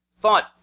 thought